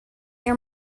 your